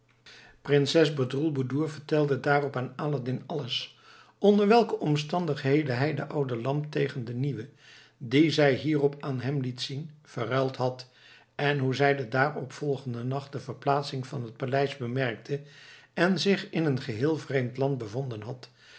prinses bedroelboedoer vertelde daarop aan aladdin alles onder welke omstandigheden zij de oude lamp tegen de nieuwe die zij hierop aan hem liet zien verruild had en hoe zij den daaropvolgenden nacht de verplaatsing van het paleis bemerkt en zich in een geheel vreemd land bevonden had